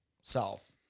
self